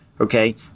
okay